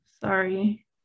Sorry